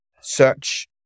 search